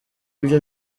ibyo